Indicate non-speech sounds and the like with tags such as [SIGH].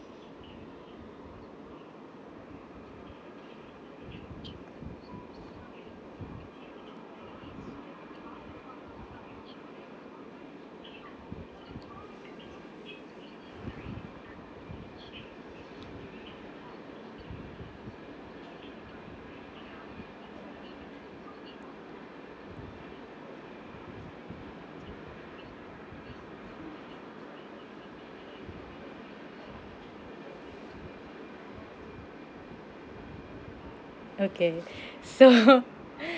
okay so [LAUGHS]